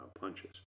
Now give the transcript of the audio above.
punches